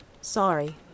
Sorry